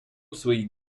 своїй